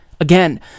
Again